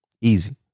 Easy